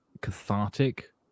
cathartic